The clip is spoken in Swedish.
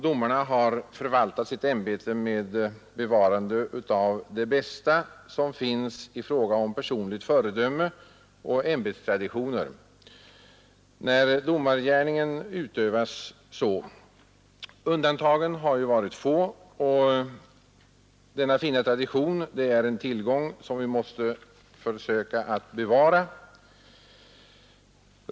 Domarna har förvaltat sitt ämbete med bevarande av det bästa som finns i fråga om personligt föredöme och ämbetstraditioner. Undantagen har varit få. Denna fina tradition är en tillgång som vi måste söka bevara.